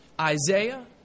Isaiah